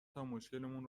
تامشکلمون